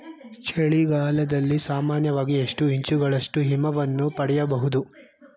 ಚಳಿಗಾಲದಲ್ಲಿ ಸಾಮಾನ್ಯವಾಗಿ ಎಷ್ಟು ಇಂಚುಗಳಷ್ಟು ಹಿಮವನ್ನು ಪಡೆಯಬಹುದು?